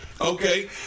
okay